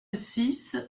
six